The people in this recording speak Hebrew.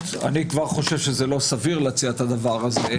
אני כבר חושב שזה לא סביר להציע את זה.